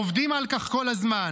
עובדים על כך כל הזמן.